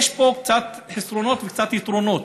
יש בו קצת חסרונות וקצת יתרונות.